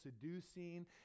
seducing